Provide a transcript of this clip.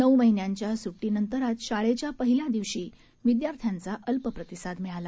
नऊ महिन्यांच्या स्ट्टीनंतर आज शाळेच्या पहिल्या दिवशी विद्यार्थ्याचा अल्प प्रतिसाद मिळाला